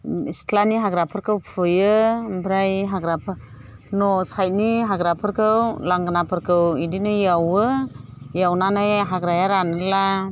सिथ्लानि हाग्राफोरखौ फुयो ओमफ्राय न' साइडनि हाग्राफोरखौ लांगोनाफोरखौ बिदिनो एवो एवनानै हाग्राया रानब्ला